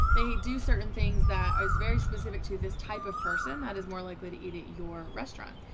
they do certain things that is very specific to this type of. person that is more likely to eat at your restaurant.